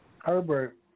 Herbert